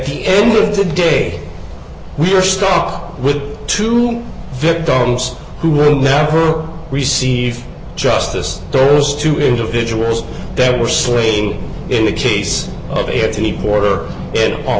the end of the day we are stuck with two victims who will never receive justice those two individuals that were swaying in the case of it to keep order and all